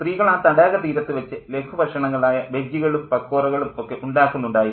സ്ത്രീകൾ ആ തടാക തീരത്തു വച്ച് ലഘു ഭക്ഷണങ്ങളായ ബജ്ജികളും പക്കോറകളും ഒക്കെ ഉണ്ടാക്കുന്നുണ്ടായിരുന്നു